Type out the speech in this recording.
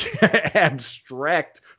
abstract